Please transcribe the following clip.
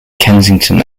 kensington